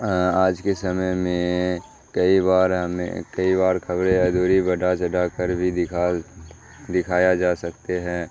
آج کے سمے میں کئی بار ہمیں کئی بار خبریں ادھوری بڑھا چڑھا کر بھی دکھا دکھایا جا سکتے ہیں